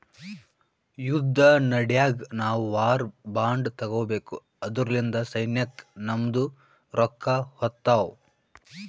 ಯುದ್ದ ನಡ್ಯಾಗ್ ನಾವು ವಾರ್ ಬಾಂಡ್ ತಗೋಬೇಕು ಅದುರ್ಲಿಂದ ಸೈನ್ಯಕ್ ನಮ್ದು ರೊಕ್ಕಾ ಹೋತ್ತಾವ್